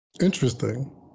Interesting